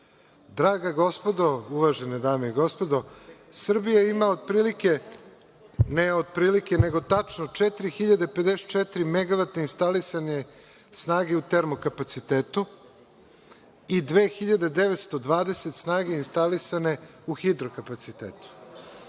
gospodo, uvažene dame i gospodo, Srbija ima otprilike, ne otprilike, nego tačno 4.054 megavatne istalisane snage u termo-kapacitetu i 2.920 snage instalisane u hidro-kapacitetu.